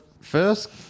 first